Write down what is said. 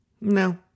No